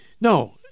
No